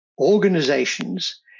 organizations